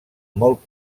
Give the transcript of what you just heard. molt